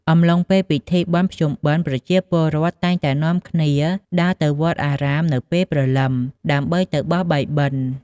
អំឡុងពេលពិធីបុណ្យភ្ជុំបិណ្ឌប្រជាពលរដ្ឋតែងតែនាំគ្នាដើរទៅវត្ដអារាមនៅពេលព្រលឹម ដើម្បីទៅបោះបាយបិណ្ឌ។